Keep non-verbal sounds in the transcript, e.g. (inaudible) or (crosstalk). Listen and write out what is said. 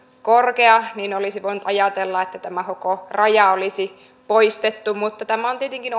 korkea olisi voinut ajatella että tämä koko raja olisi poistettu mutta tämä on tietenkin (unintelligible)